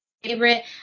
favorite